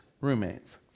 roommates